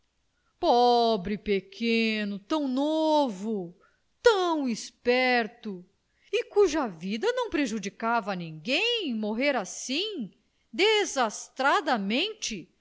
pobre pequeno tão novo tão esperto e cuja vida não prejudicava a ninguém morrer assim desastradamente